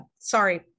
sorry